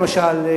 למשל,